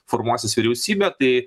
formuosis vyriausybė tai